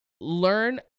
learn